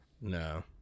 No